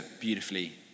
beautifully